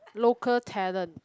local talent